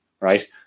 right